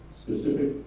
specific